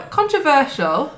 controversial